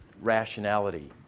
rationality